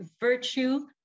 Virtue